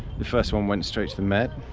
the first one went straight to the med